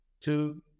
two